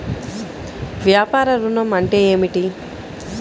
వ్యాపార ఋణం అంటే ఏమిటి?